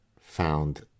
found